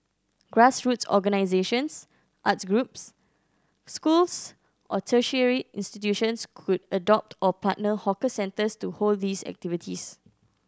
grassroots organisations arts groups schools or tertiary institutions could adopt or partner hawker centres to hold these activities